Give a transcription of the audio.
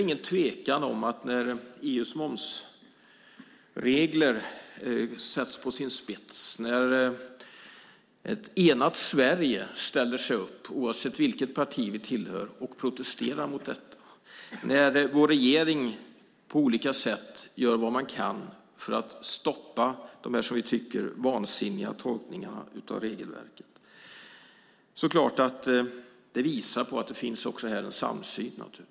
När EU:s momsregler sätts på sin spets och ett enat Sverige, oavsett vilket parti vi tillhör, ställer sig upp och protesterar mot detta och vår regering på olika sätt gör vad man kan för att stoppa dessa i vårt tycke vansinniga tolkningar av regelverket är det klart att det finns en samsyn.